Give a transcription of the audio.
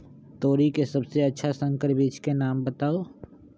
तोरी के सबसे अच्छा संकर बीज के नाम बताऊ?